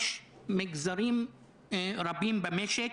ויש מגזרים רבים במשק